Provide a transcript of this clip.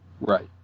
Right